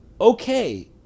okay